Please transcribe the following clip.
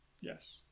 yes